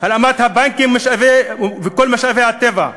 הלאמת הבנקים וכל משאבי הטבע,